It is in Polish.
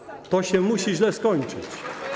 To się musi źle skończyć.